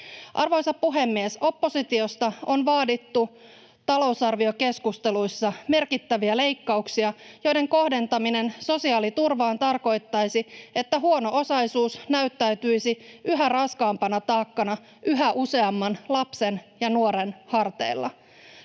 Arvoisa puhemies! Oppositiosta on vaadittu talousarviokeskusteluissa merkittäviä leikkauksia, joiden kohdentaminen sosiaaliturvaan tarkoittaisi, että huono-osaisuus näyttäytyisi yhä raskaampana taakkana yhä useamman lapsen ja nuoren harteilla.